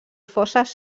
fosses